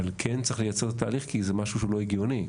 אבל כן צריך לייצר תהליך כי זה משהו שהוא לא הגיוני.